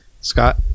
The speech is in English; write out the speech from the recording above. Scott